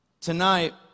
Tonight